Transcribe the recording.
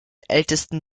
ältesten